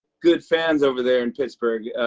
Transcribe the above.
good fans over there in pittsburgh.